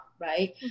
right